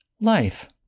life